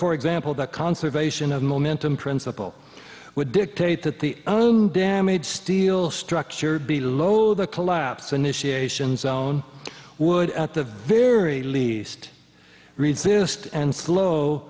for example that conservation of momentum principle would dictate that the damage steel structure be low the collapse initiation zone would at the very least resist and slow